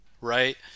right